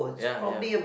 ya ya